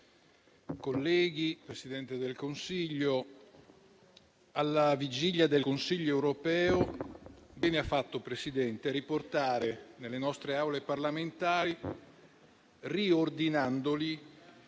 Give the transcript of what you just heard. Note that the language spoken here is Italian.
colleghi, Presidente del Consiglio, alla vigilia del Consiglio europeo bene ha fatto, Presidente, a riportare nelle nostre Aule parlamentari, riordinandoli,